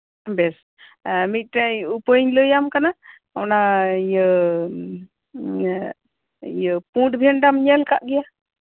ᱵᱮᱥ ᱢᱤᱫᱴᱮᱡ ᱩᱯᱟᱹᱭ ᱞᱟᱹᱭ ᱟᱢ ᱠᱟᱱᱟ ᱤᱭᱟᱹ ᱤᱭᱟᱹ ᱤᱭᱟᱹ ᱯᱩᱸᱰ ᱵᱷᱮᱱᱰᱟᱢ ᱧᱮᱞ ᱟᱠᱟᱫ ᱜᱮᱭᱟ